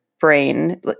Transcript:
brain